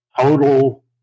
total